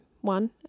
one